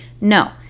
No